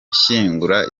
gushyingura